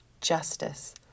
justice